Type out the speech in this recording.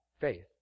faith